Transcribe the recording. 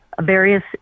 various